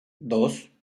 dos